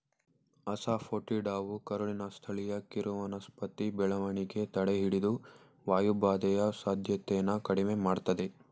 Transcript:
ಅಸಾಫೋಟಿಡಾವು ಕರುಳಿನ ಸ್ಥಳೀಯ ಕಿರುವನಸ್ಪತಿ ಬೆಳವಣಿಗೆ ತಡೆಹಿಡಿದು ವಾಯುಬಾಧೆಯ ಸಾಧ್ಯತೆನ ಕಡಿಮೆ ಮಾಡ್ತದೆ